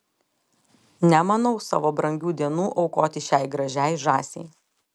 nemanau savo brangių dienų aukoti šiai gražiai žąsiai